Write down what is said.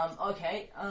Okay